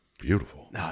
Beautiful